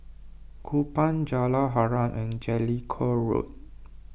Kupang Jalan Harum and Jellicoe Road